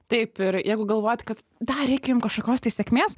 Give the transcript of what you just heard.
taip ir jeigu galvojat kad dar reikia jum kažkokios tai sėkmės